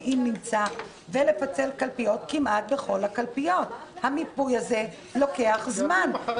האם זה שפרסמתם מודעה לטובת כחול לבן או לטובת הליכוד